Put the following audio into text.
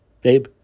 babe